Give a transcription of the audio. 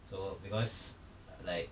so because uh like